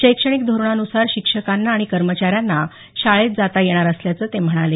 शैक्षणिक धोरणानुसार शिक्षकांना आणि कर्मचाऱ्यांना शाळेत जाता येणार असल्याचं ते म्हणाले